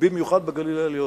במיוחד בגליל העליון,